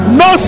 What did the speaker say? no